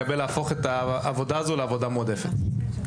להפוך את העבודה הזו לעבודה מועדפת.